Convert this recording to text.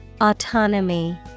Autonomy